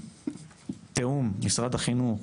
תיאום משרד החינוך,